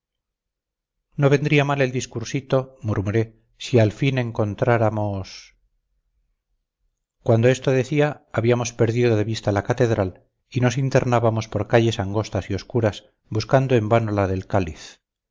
no vendría mal el discursito murmuré si al fin encontráramos cuando esto decía habíamos perdido de vista la catedral y nos internábamos por calles angostas y oscuras buscando en vano la del cáliz